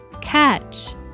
Catch